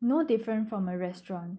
no different from a restaurant